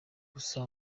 gusa